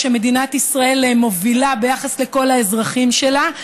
שמדינת ישראל מובילה ביחס לכל האזרחים שלה,